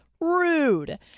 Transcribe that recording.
rude